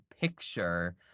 picture